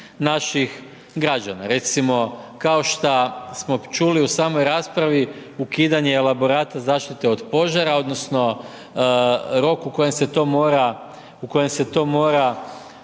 naših građana. Recimo kao šta smo čuli u samoj raspravi ukidanje elaborata zaštite od požara, odnosno rok u kojem se to mora,